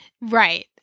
Right